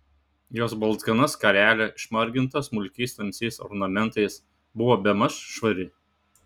jos balzgana skarelė išmarginta smulkiais tamsiais ornamentais buvo bemaž švari